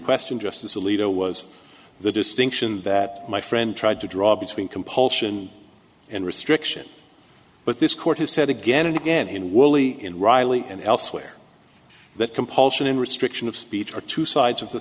question justice alito was the distinction that my friend tried to draw between compulsion and restriction but this court has said again and again in willy in riley and elsewhere that compulsion and restriction of speech are two sides of the